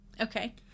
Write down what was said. Okay